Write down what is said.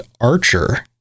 archer